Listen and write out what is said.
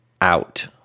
out